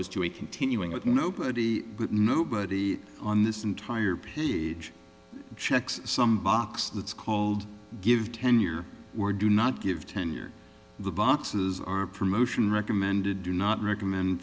a continuing with nobody but nobody on this entire page checks some box that's called give tenure or do not give tenure the boxes are promotion recommended do not recommend